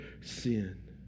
sin